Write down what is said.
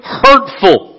hurtful